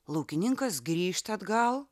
laukininkas grįžta atgal